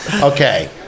okay